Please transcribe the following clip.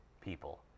people